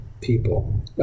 people